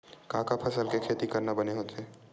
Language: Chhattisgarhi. का का फसल के खेती करना बने होथे?